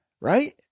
Right